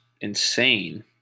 insane